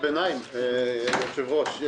אדוני היושב-ראש,